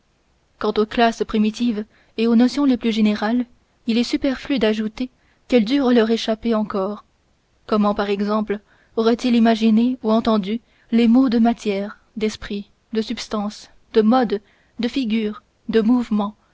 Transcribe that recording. quant aux classes primitives et aux notions les plus générales il est superflu d'ajouter qu'elles durent leur échapper encore comment par exemple auraient-ils imaginé ou entendu les mots de matière d'esprit de substance de mode de figure de mouvement